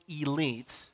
elite